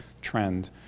trend